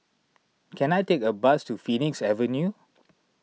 can I take a bus to Phoenix Avenue